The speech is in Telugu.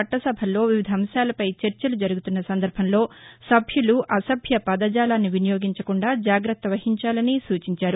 చట్టసభల్లో వివిధ అంశాలపై చర్చలు జరుగుతున్న సందర్భంలో సభ్యులు అసభ్య పదజాలాన్ని వినియోగించకుండా జాగ్రత్త వహించాలని సూచించారు